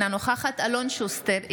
אינה נוכחת אלון שוסטר,